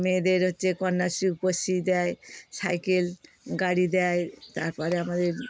মেয়েদের হচ্ছে কন্যাশ্রী রূপশ্রী দেয় সাইকেল গাড়ি দেয় তার পরে আমাদের